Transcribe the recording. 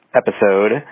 episode